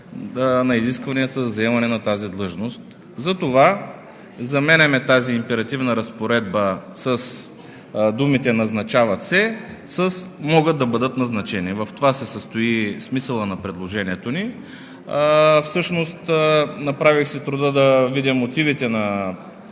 на изискванията за заемане на тази длъжност. Затова заменяме тази императивна разпоредба на думите „назначават се“ с „могат да бъдат назначени“. В това се състои смисълът на предложението ни. Направих си труда да видя мотивите на